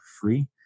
free